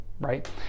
right